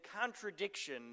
contradiction